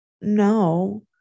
No